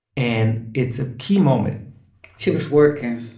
and it's a key moment she was working.